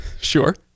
Sure